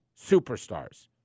superstars